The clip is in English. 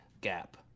gap